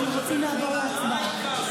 אנחנו צריכים לעבור להצבעה.